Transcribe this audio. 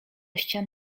ścian